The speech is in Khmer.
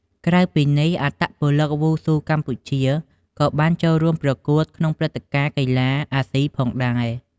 ក្រៅពីនេះអត្តពលិកវ៉ូស៊ូកម្ពុជាក៏បានចូលរួមប្រកួតក្នុងព្រឹត្តិការណ៍កីឡាអាស៊ីផងដែរ។